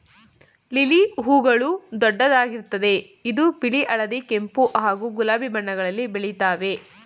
lily ಹೂಗಳು ದೊಡ್ಡದಾಗಿರ್ತದೆ ಇದು ಬಿಳಿ ಹಳದಿ ಕೆಂಪು ಹಾಗೂ ಗುಲಾಬಿ ಬಣ್ಣಗಳಲ್ಲಿ ಬೆಳಿತಾವೆ